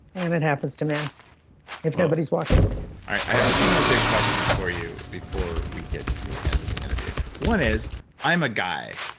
and it happens to men if nobody's watching i have two more big questions for you before we get to the end of the interview. one is i'm a guy,